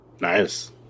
Nice